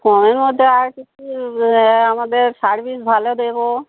ফর্মের মধ্যে আর কিছু আমাদের সার্ভিস ভালো দেবো